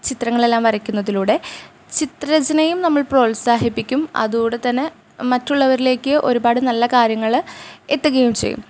ചിത്രങ്ങളെല്ലാം വരയ്ക്കുന്നതിലൂടെ ചിത്രരചനയും നമ്മൾ പ്രോത്സാഹിപ്പിക്കും അതോടെ തന്നെ മറ്റുള്ളവരിലേക്ക് ഒരുപാട് നല്ല കാര്യങ്ങൾ എത്തുകയും ചെയ്യും